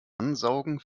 ansaugen